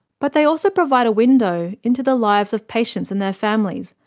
but they also provide a window into the lives of patients and their families,